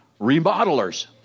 remodelers